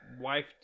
wife